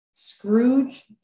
Scrooge